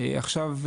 עכשיו,